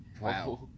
Wow